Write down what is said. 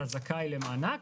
אתה זכאי למענק,